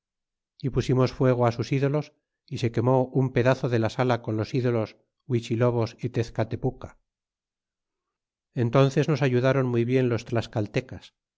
y pusimos fuego sus ídolos y se quemó un pedazo de la sala con los ídolos ituichilobos y tezcatepuca entnces nos ayudaron muy bien los tlascaltecas